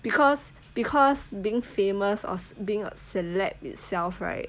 because because being famous or being a celebrity itself right